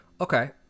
Okay